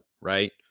right